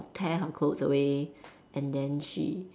tear her clothes and then she